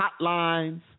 hotlines